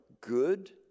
good